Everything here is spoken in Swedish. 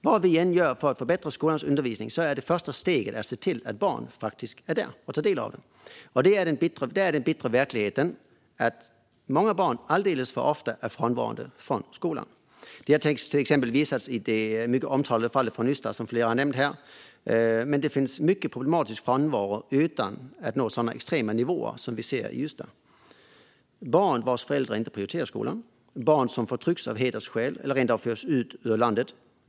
Vad vi än gör för att förbättra skolans undervisning är första steget att se till att barnen faktiskt är där och tar del av den. Den bittra verkligheten är dock att många barn alldeles för ofta är frånvarande från skolan. Det visade sig till exempel i det mycket omtalade fallet i Ystad, som flera har nämnt, men det finns mycket problematisk frånvaro som inte når sådana extrema nivåer som i det fallet. Det handlar om barn vars föräldrar inte prioriterar skolan eller barn som förtrycks av hedersskäl eller rent av förs ut ur landet.